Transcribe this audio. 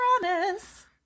promise